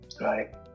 Right